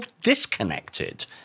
disconnected